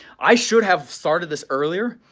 i should have started this earlier,